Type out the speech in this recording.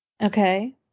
Okay